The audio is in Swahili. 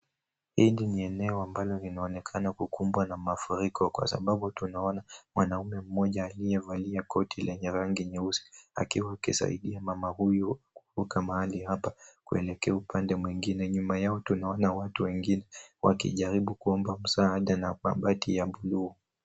Hili ni eneo ambalo linaonekana kukumbwa na mafuriko kwa sababu tunanona mwanamume mmoja aliyevalia koti lenye rangi nyeusi akiwa akisaidia mama huyu kuvuka mahali hapa kuelekea upande mwengine nyuma yao tunaona watu wengine wakijaribu kuomba msaada na mabati ya buluu.